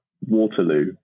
Waterloo